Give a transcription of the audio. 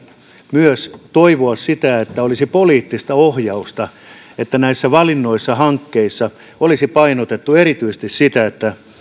myös toivon sitä että olisi poliittista ohjausta että näissä valinnoissa ja hankkeissa olisi painotettu erityisesti sitä että